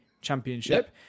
championship